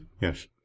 Yes